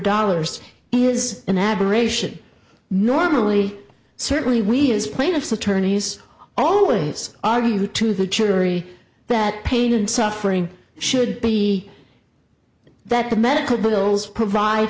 dollars is an aberration normally certainly we as plaintiff's attorneys always argue to the jury that pain and suffering should be that the medical bills provide